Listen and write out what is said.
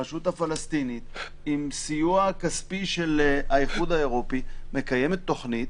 הרשות הפלסטינית עם סיוע כספי של האיחוד האירופי מקיימת תוכנית